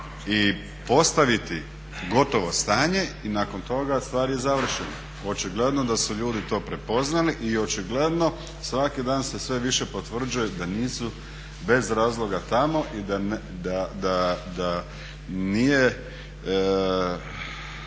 i postaviti gotovo stanje i nakon toga stvar je završena. Očigledno da su ljudi to prepoznali i očigledno svaki dan se sve više potvrđuje da nisu bez razloga tamo i da nije